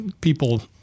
people